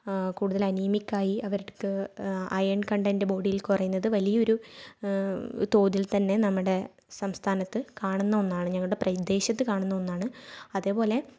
കൂടുതൽ അനീമിക്കായി അവർക്ക് അയൺ കണ്ടെന്റ് ബോഡിയിൽ കുറയുന്നത് വലിയൊരു തോതിൽത്തന്നെ നമ്മുടെ സംസ്ഥാനത്ത് കാണുന്ന ഒന്നാണ് ഞങ്ങളുടെ പ്രദേശത്ത് കാണുന്ന ഒന്നാണ് അതേപോലെ